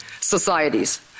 societies